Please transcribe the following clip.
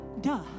Duh